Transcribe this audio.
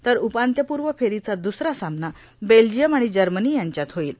तर उपान्त्यपूर्व फेरीचा द्सरा सामना बेल्जियम आणि जर्मनी यांच्यात होईल